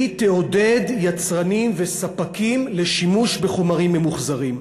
והיא תעודד יצרנים וספקים לשימוש בחומרים ממוחזרים.